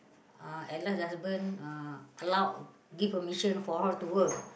uh at last the husband uh allowed give permission for her to work